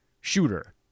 shooter